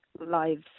lives